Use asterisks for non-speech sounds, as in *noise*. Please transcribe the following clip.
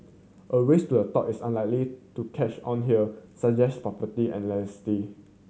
a race to a top is unlikely to catch on here suggest property *unintelligible*